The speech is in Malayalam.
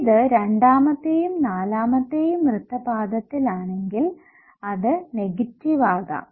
ഇത് രണ്ടാമത്തെയും നാലാമത്തെയും വൃത്തപാദത്തിൽ ആണെങ്കിൽ അത് നെഗറ്റീവ് ആകാം